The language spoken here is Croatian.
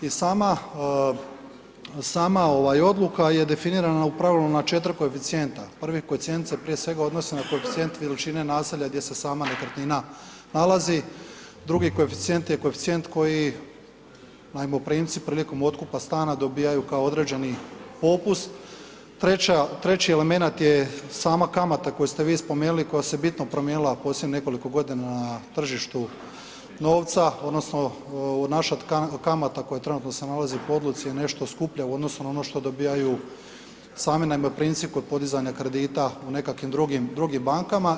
I sama odluka je definirana u pravilu na 4 koeficijenta, prvi koeficijent se prije svega odnosi na koeficijent veličine naselja gdje se sama nekretnina nalazi, drugi koeficijent je koeficijent koji najmoprimci prilikom otkupa stana dobivaju kao određeni popust, treći element je sama kamata koju ste vi spomenuli, koja se bitno promijenila u posljednjih nekoliko godina na tržištu novca odnosno naša kamata koja se trenutno se nalazi po odluci je nešto skuplja u odnosu na ono što dobivaju sami najmoprimci kod podizanja kredita u nekakvim drugim bankama.